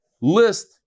list